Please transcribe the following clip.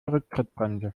rücktrittbremse